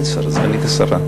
אין שר, סגנית השר.